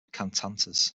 cantatas